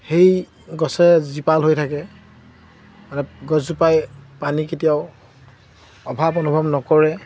সেই গছে জীপাল হৈ থাকে গছজোপাই পানী কেতিয়াও অভাৱ অনুভৱ নকৰে